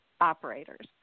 operators